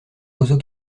oiseau